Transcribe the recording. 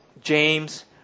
James